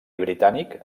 britànic